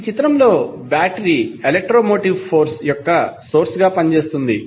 ఈ చిత్రంలో battery electromotive force యొక్క సోర్స్ గా పనిచేస్తుంది